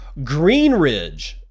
Greenridge